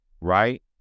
Right